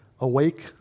awake